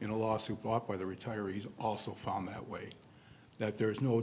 in a lawsuit brought by the retirees also found that way that there is no